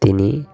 తిని